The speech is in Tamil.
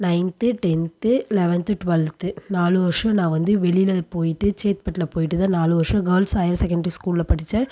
நைன்த்து டென்த்து லெவன்த்து டுவெல்த்து நாலு வருஷம் நான் வந்து வெளியில் போய்ட்டு சேத்துபட்டில் போய்ட்டு தான் நாலு வருஷம் கேர்ள்ஸ் ஹையர் செகண்டரி ஸ்கூலில் படித்தேன்